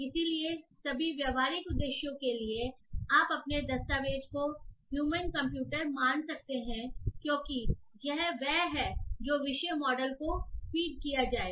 इसलिए सभी व्यावहारिक उद्देश्यों के लिए आप अपने दस्तावेज़ को ह्यूमन कंप्यूटर मान सकते हैं क्योंकि यह वह है जो विषय मॉडल को फीड किया जाएगा